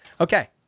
Okay